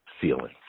feeling